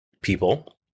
people